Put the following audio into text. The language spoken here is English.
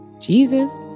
Jesus